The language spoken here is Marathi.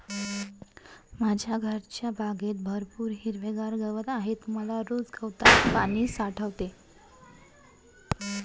माझ्या घरच्या बागेत भरपूर हिरवागार गवत आहे मला रोज गवतात पाणी सापडते